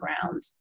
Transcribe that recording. ground